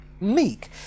meek